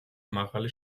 მაღალი